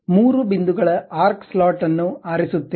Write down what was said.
ಮೂರು ಬಿಂದುಗಳ arc slot ಅನ್ನು ಅನ್ನು ಆರಿಸುತ್ತೇನೆ